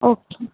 okay